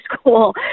school